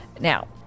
Now